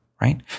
right